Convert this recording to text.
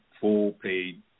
full-paid